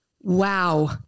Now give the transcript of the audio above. Wow